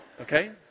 okay